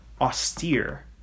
austere